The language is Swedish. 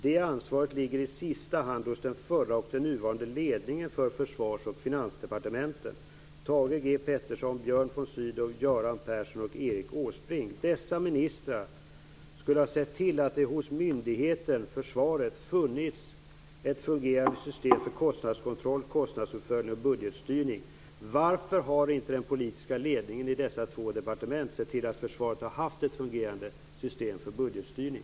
Det ansvaret ligger i sista hand hos de förra och de nuvarande ledningarna för Försvars och Finansdepartementen Thage G Peterson, Björn von Sydow, Göran Persson och Erik Åsbrink. Dessa ministrar skulle ha sett till att det hos myndigheten, försvaret, funnits ett fungerande system för kostnadskontroll, kostnadsuppföljning och budgetstyrning. Varför har inte den politiska ledningen i dessa två departement sett till att försvaret har haft ett fungerande system för budgetstyrning?